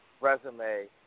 resume